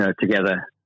together